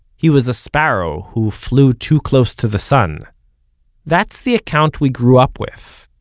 he was a sparrow who flew too close to the sun that's the account we grew up with,